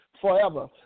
forever